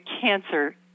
cancer